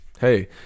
Hey